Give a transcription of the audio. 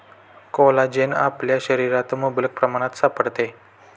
collagen आपल्या शरीरात मुबलक प्रमाणात सापडते